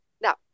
Now